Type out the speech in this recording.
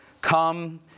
come